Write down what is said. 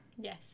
Yes